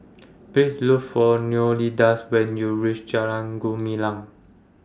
Please Look For Leonidas when YOU REACH Jalan Gumilang